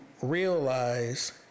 realize